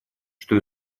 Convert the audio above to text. что